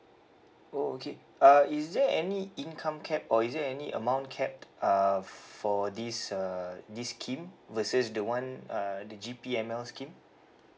oh okay uh is there any income cap or is there any amount cap uh for this uh this scheme versus the [one] uh the G_P_M_L scheme